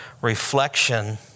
reflection